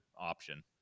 option